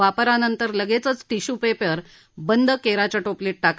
वापरानंतर लगेचच टिश्यूपेपर केराच्या बंद टोपलीत टाका